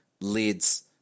leads